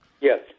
Yes